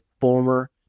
former